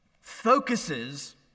focuses